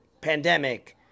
pandemic